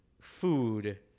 food